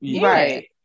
Right